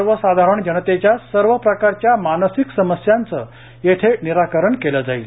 सर्व साधारण जनतेच्या सर्व प्रकारच्या मानसिक समस्यांचे येथे निराकरण केले जाईल